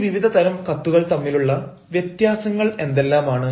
ഈ വിവിധ തരം കത്തുകൾ തമ്മിലുള്ള വ്യത്യാസങ്ങൾ എന്തെല്ലാമാണ്